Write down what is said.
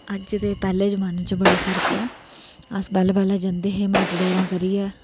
अज्ज दे पहले जमाने च बड़ा फर्क ऐ अस पहले पहले जंदे हे मेटाडोरा करियै